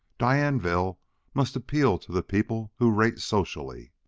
dianeville must appeal to the people who rate socially.